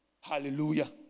Hallelujah